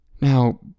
now